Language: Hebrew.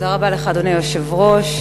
אדוני היושב-ראש,